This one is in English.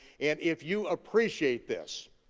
and if you appreciate this,